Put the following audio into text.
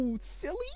silly